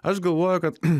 aš galvoju kad